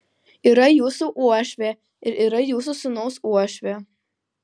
yra jūsų uošvė ir yra jūsų sūnaus uošvė